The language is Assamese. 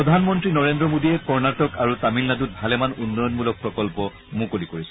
প্ৰধানমন্ত্ৰী নৰেন্দ্ৰ মোডীয়ে কৰ্ণাটক আৰু তামিলনাডুত ভালেমান উন্নয়নমূলক প্ৰকল্প মুকলি কৰিছে